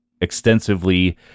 extensively